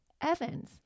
Evans